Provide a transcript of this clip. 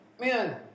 Man